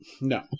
No